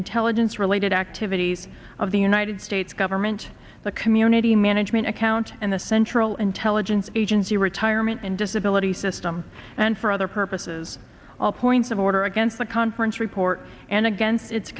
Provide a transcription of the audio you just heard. intelligence related activities of the united states government the community management account and the central intelligence agency retirement and disability system and for other purposes all points of order against the conference report and against it